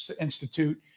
Institute